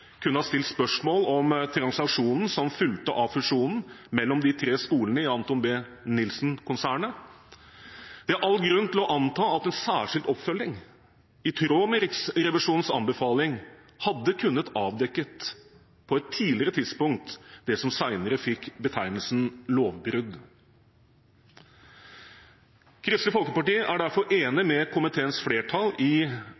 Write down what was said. kunne ha stilt spørsmål om transaksjonen som fulgte av fusjonen mellom de tre skolene i Anthon B. Nilsen-konsernet. Vi har all grunn til å anta at en særskilt oppfølging i tråd med Riksrevisjonens anbefaling hadde kunnet avdekket på et tidligere tidspunkt det som senere fikk betegnelsen «lovbrudd». Kristelig Folkeparti er derfor